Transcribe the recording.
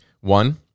One